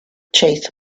chased